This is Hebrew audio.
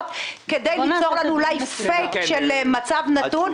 כדי לפתור לנו אולי פייט של מצב נתון,